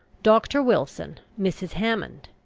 dr. wilson mrs. hammond,